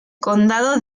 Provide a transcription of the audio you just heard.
condado